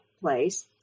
place